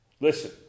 Listen